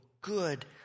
good